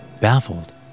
Baffled